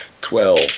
Twelve